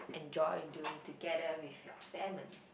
enjoy doing together with your family